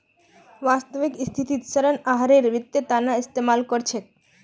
वास्तविक स्थितित ऋण आहारेर वित्तेर तना इस्तेमाल कर छेक